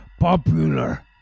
popular